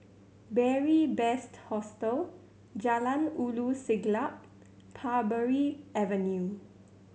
Beary Best Hostel Jalan Ulu Siglap Parbury Avenue